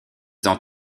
dans